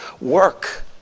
work